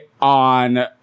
on